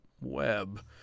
web